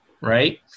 right